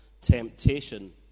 temptation